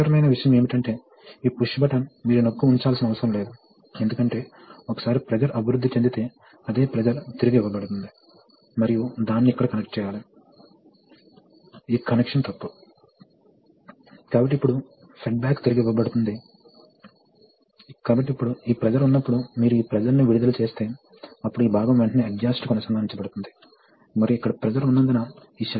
అదే సమయంలో మీరు ఒక నిర్దిష్ట ఫోర్స్ ని సాధించాలనుకుంటే అప్పుడు మనము అధిక ప్రెషర్ ని ఇవ్వాలి కాబట్టి ఇది రిజనరేటివ్ అట్రాక్షన్ సర్క్యూట్ యొక్క ప్రాథమిక లక్షణం